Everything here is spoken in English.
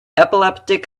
epileptic